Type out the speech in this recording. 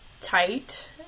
tight